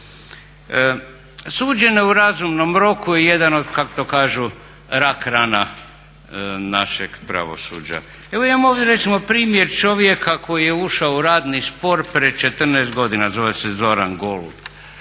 Suđenje u razumnom roku je jedan od kako to kažu rak rana našeg pravosuđa. Evo ja imam ovdje recimo primjer čovjeka koji je ušao u radni spor prije 14 godina, zove se Zoran Golub,